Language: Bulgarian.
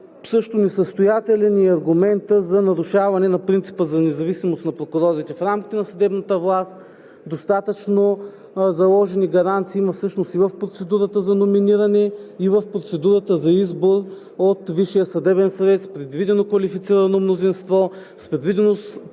Също несъстоятелен е и аргументът за нарушаване на принципа за независимост на прокурорите. В рамките на съдебната власт има достатъчно заложени гаранции и в процедурата за номиниране, и в процедурата за избор от Висшия съдебен съвет, с предвидено квалифицирано мнозинство, с предвидена възможност